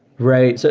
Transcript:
right. so